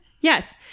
Yes